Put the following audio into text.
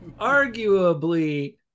arguably